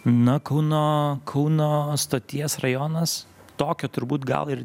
na kauno kauno stoties rajonas tokio turbūt gal ir